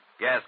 Yes